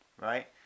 right